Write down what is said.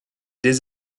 des